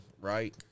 right